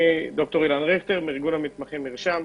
דוקטור אילן ריכטר מארגון המתמחים "מרשם".